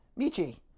Michi